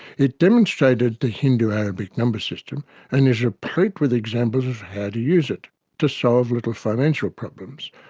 it demonstrated the hindu arabic number system and is replete with examples of how to use it to solve little financial problems,